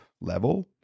level